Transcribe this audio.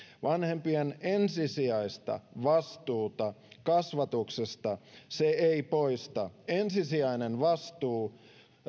vanhempien ensisijaista vastuuta kasvatuksesta se ei poista ensisijaisen vastuun